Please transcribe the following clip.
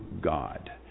God